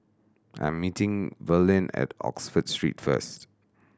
I'm meeting Verlyn at Oxford Street first